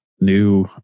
new